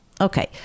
okay